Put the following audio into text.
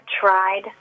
tried